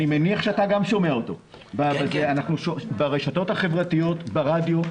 אני מניח ששמעת עליו ברשתות החברתיות, ברדיו.